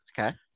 Okay